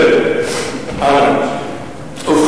הלאה.